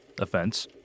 offense